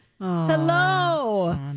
hello